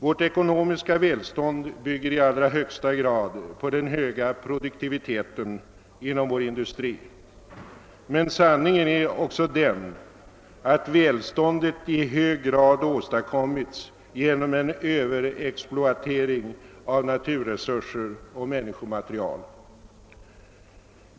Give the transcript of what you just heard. Vårt ekonomiska välstånd bygger i högsta grad på den höga produktiviteten inom vår industri, D men sanningen är också den, att välståndet i hög grad åstadkommits genom en Ööverexploatering av naturresurser och människomaterial.